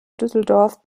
düsseldorf